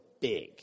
big